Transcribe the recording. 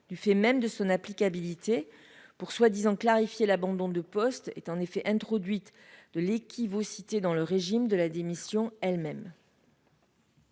du fait même de son applicabilité pour soit disant clarifier l'abandon de poste est en effet introduite de équivaut qui, cité dans le régime de la démission elles-mêmes.